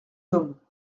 hommes